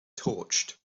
torched